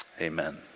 Amen